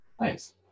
Nice